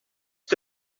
que